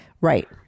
right